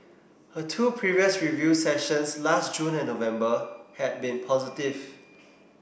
her two previous review sessions last June and November had been positive